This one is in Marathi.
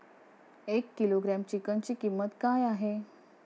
एक किलोग्रॅम चिकनची किंमत काय आहे?